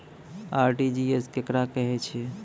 RTGS केकरा कहैत अछि?